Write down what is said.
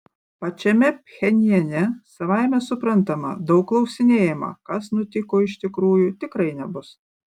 pačiame pchenjane savaime suprantama daug klausinėjama kas nutiko iš tikrųjų tikrai nebus